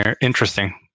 interesting